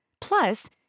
Plus